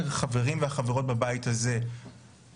הבעיה של נושאי הדגל,